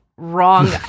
wrong